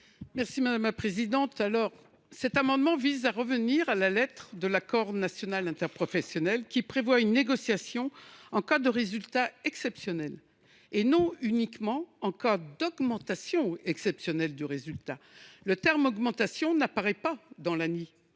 Mme Raymonde Poncet Monge. Cet amendement vise à revenir à la lettre de l’accord national interprofessionnel, qui prévoit une négociation en cas de résultats exceptionnels et non uniquement en cas d’augmentation exceptionnelle du résultat. En effet, le terme « augmentation » n’apparaissant pas dans l’ANI,